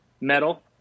metal